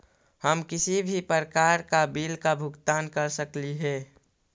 हम किसी भी प्रकार का बिल का भुगतान कर सकली हे?